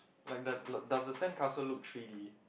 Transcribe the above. like the does the sandcastle look three D